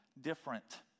different